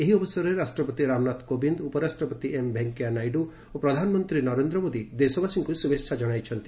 ଏହି ଅବସରରେ ରାଷ୍ଟ୍ରପତି ରାମନାଥ କୋବିନ୍ଦ ଉପରାଷ୍ଟ୍ରପତି ଏମ୍ ଭେଙ୍କିୟାନାଇଡୁ ଓ ପ୍ରଧାନମନ୍ତ୍ରୀ ନରେନ୍ଦ୍ର ମୋଦୀ ଦେଶବାସୀଙ୍କୁ ଶୁଭେଚ୍ଛା କଣାଇଛନ୍ତି